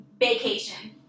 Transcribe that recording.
vacation